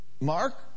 Mark